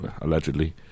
allegedly